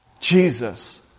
Jesus